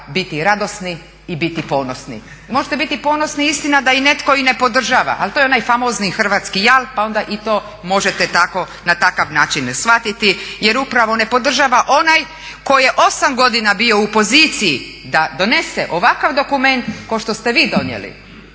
biti radosni i biti ponosni. Možete biti ponosni istina i da netko ne podržava ali to je onaj famozni hrvatski jal pa onda i to možete na takav način shvatiti jer upravo ne podržava onaj tko je osam godina bio u poziciji da donese ovakav dokument kao što ste vi donijeli,